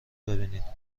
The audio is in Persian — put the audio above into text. ببینیدهمه